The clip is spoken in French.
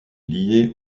liée